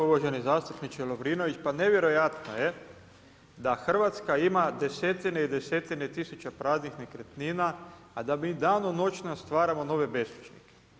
Uvaženi zastupniče Lovrinović, pa nevjerojatno je da Hrvatska ima desetine i desetine tisuća praznih nekretnina a da mi danonoćno stvaramo nove beskućnike.